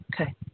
Okay